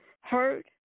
hurt